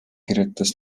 kirjutas